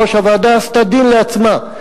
כיושבת-ראש הוועדה עשתה דין לעצמה,